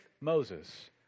Moses